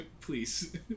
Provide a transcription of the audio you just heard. Please